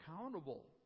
accountable